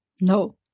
No